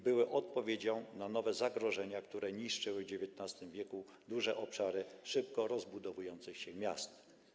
Były odpowiedzią na nowe zagrożenia, które niszczyły w XIX w. duże obszary szybko rozbudowujących się miast.